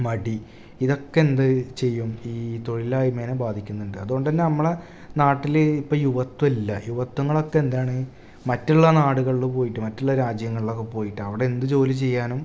മടി ഇതൊക്കെന്തു ചെയ്യും ഈ തൊഴിലില്ലായ്മേനെ ബാധിക്കുന്നുണ്ട് അതുകൊണ്ടു തന്നെ ഞമ്മളെ നാട്ടിൽ ഇപ്പോൾ യുവത്വമല്ല യുവത്വങ്ങളൊക്കെന്താണ് മറ്റുള്ള നാടുകളിൽ പോയിട്ട് മറ്റുള്ള രാജ്യങ്ങളിലൊക്കെ പോയിട്ട് അവിടെയെന്തു ജോലി ചെയ്യാനും